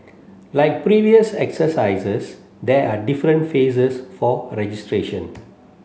like previous exercises there are different phases for registration